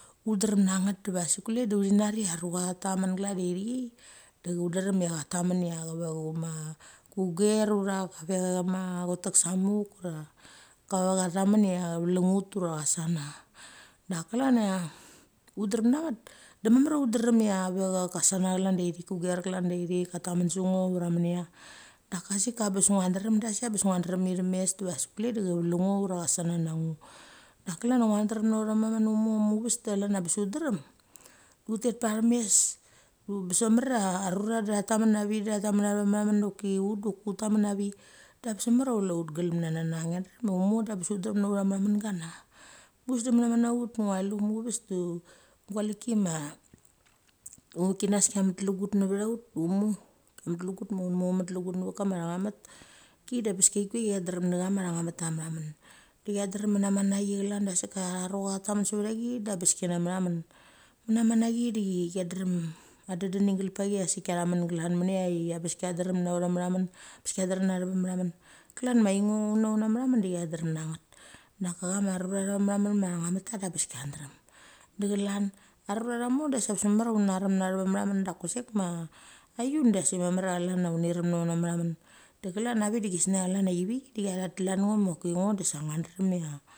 Ugu drem na nget diva sik kule de uthi nari cha a rucha ka ta men klan da ithikae, da udrem cha tha tamen cha cha ve chaimu chugu ura ave tha tek samuk ura ave cha tamen cha che ve leng ut ura cha sana. Dak klan ia, ut drem na nget de mamar cha ut drem cha, cha sana chlan da ithik kuger klan de ithik ka tam no en sen ngo ura menc cha. Daka sik ka abes ngia drem da sik a bes ngia drem ithames diva sik klue de cha valeng ngo ura cha sana ngo. Duk klan a ngadrem na autha mechamen utmo much ave chlan a bes ut drem, utet pachames du a bes mamar arur cha de cha tha tamen a vi de tha tamen na thaeva mechamen do choki ut do choki ut tamen avi da abes mama a chule ut glemna nana ngia drem cha utmo da abes utdrem na autha mechamen gana. Muchavres de ma na mana ut ngia lu mu chaves de gualiki man kia imet lugut na va ut ut mo ma ugn mo ugn met lugut necha vet kama tha ngngmen. Ki de abes koiku cha cha drem ng chama thang metia atha va me chamen di cha drem de menamen achalan de sik ka a charocha ka tamen seva chi de bes kina mechamen, manaman na chide chia drem a den den igel bechi a sik kia tha men klan menia i abes kia drem na autha me chamen abes kia drem nava a thevam echamen. Klan ma ingo un aunamechamen de cha drem na nget. Daka ma ruracha tha vemchemthamen ma thangng meta de bes kia drem. De chlan, a rurcha chamo de sik abes mamar cha una remnathava mechamen. Duk kusek ma iun de sik mamar clan a unirem na utha mathamun. Da klan avik da kisnea chalan ia chivichi da chiathat klan ngo ma ngo dasa ngua drem ia.